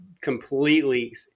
completely –